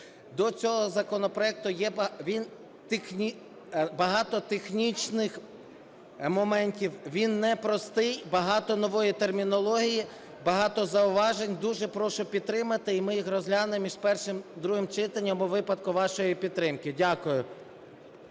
До цього законопроекту є багато технічних моментів. Він не простий. Багато нової термінології, багато зауважень. Дуже прошу підтримати. І ми їх розглянемо між першим і другим читанням у випадку вашої підтримки. Дякую.